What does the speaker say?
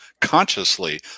consciously